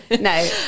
no